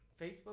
Facebook